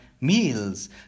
meals